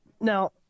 Now